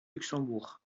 luxembourg